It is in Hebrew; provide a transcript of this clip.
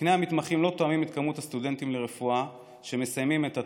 תקני המתמחים לא תואמים את מספר הסטודנטים לרפואה שמסיימים את התואר,